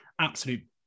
absolute